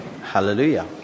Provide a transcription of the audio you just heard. Hallelujah